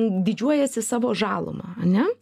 didžiuojasi savo žaluma ane